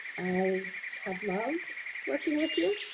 i have loved working with you.